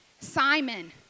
Simon